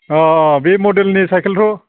अह बे मदेलनि सायखेलथ'